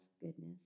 goodness